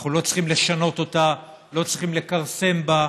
אנחנו לא צריכים לשנות אותה, לא צריכים לכרסם בה,